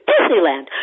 Disneyland